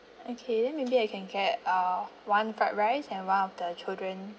okay then maybe I can get uh one fried rice and one of the children